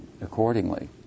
accordingly